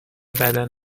بدن